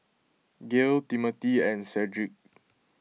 Gayle Timmothy and Cedrick